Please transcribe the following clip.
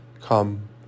Come